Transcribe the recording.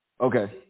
Okay